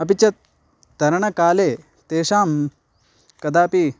अपि च तरणकाले तेषां कदापि